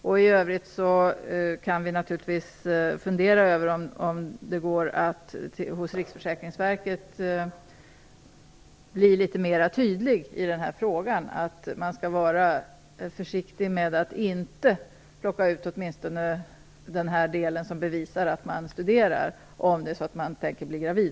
I övrigt kan vi naturligtvis fundera över om Riksförsäkringsverket kan bli litet mera tydligt i den här frågan. Man bör vara litet försiktig med att inte plocka bort den del som bevisar att man studerar, åtminstone om man tänker bli gravid.